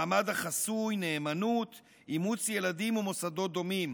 מעמד החסוי, נאמנות, אימוץ ילדים ומוסדות דומים,